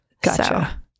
Gotcha